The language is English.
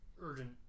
urgent